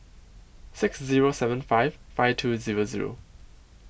six Zero seven five five two Zero Zero